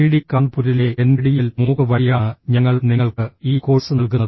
IIT കാൺപൂരിലെ NPTEL MOOC വഴിയാണ് ഞങ്ങൾ നിങ്ങൾക്ക് ഈ കോഴ്സ് നൽകുന്നത്